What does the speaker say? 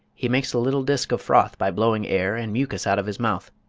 he makes a little disc of froth by blowing air and mucus out of his mouth.